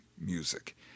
music